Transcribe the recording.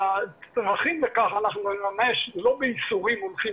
הדרכים לכך אנחנו נממש לא באיסורים הולכים